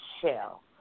shell